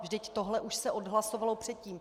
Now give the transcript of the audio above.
Vždyť tohle už se odhlasovalo předtím.